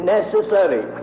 necessary